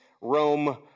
rome